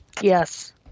Yes